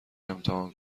امتحان